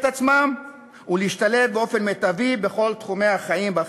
עצמם ולהשתלב באופן מיטבי בכל תחומי החיים בחברה.